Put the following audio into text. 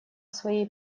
своей